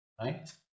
right